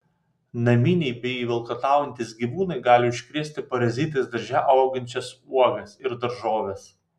naminiai bei valkataujantys gyvūnai gali užkrėsti parazitais darže augančias uogas ir daržoves